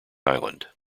island